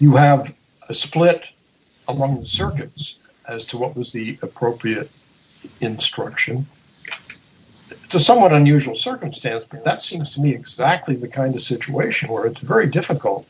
you have a split among circuits as to what was the appropriate instruction the somewhat unusual circumstance that since me exactly the kind of situation where it's very difficult